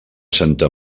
santa